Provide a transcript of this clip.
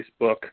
Facebook